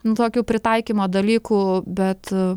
nu tokių pritaikymo dalykų bet